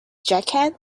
jacket